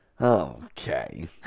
Okay